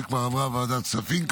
שכבר עברה ועדת כספים,